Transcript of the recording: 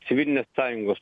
civilinės sąjungos